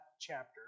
chapter